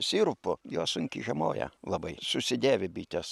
sirupu jos sunkiai žiemoja labai susidėvi bitės